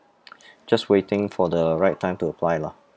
just waiting for the right time to apply lah